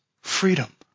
freedom